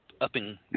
upping